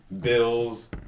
bills